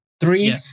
three